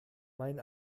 mein